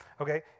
Okay